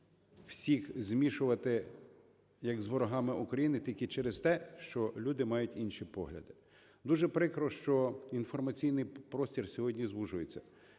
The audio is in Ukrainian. всіх змішувати як з ворогами України тільки через те, що люди мають інші погляди. Дуже прикро, що інформаційний простір сьогодні звужується.